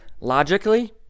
logically